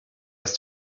ist